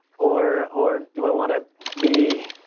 or or do i want to be,